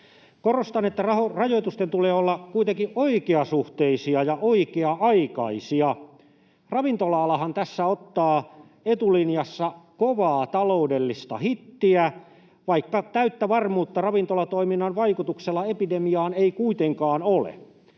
Korostan, että rajoitusten tulee olla kuitenkin oikeasuhtaisia ja oikea-aikaisia. Ravintola-alahan tässä ottaa etulinjassa kovaa taloudellista hittiä, vaikka täyttä varmuutta ravintolatoiminnan vaikutuksesta epidemiaan ei kuitenkaan ole.